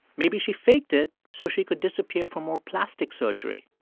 maybe she faked it so she could disappear for more plastic surgery.